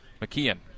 McKeon